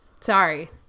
sorry